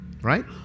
Right